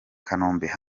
kanombe